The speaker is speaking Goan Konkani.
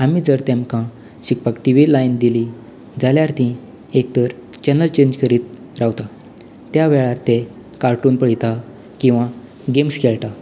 आमी जर तेमकां शिकपाक टिवी लायन दिली जाल्यार तीं एकतर चॅनल चेंज करीत रावता त्या वेळार ते कार्टून पळयता किंवा गेम्स खेळटा